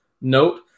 note